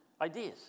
ideas